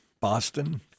Boston